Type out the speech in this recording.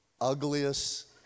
ugliest